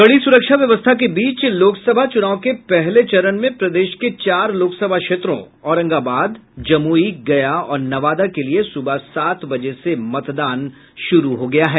कड़ी सुरक्षा व्यवस्था के बीच लोकसभा चुनाव के पहले चरण में प्रदेश के चार लोकसभा क्षेत्रों औरंगाबाद जमुई गया और नवादा के लिए सुबह सात बजे से मतदान शुरू हो गया है